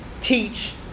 teach